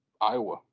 Iowa